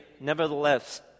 nevertheless